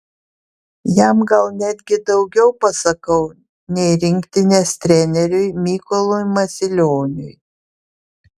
jam gal netgi daugiau pasakau nei rinktinės treneriui mykolui masilioniui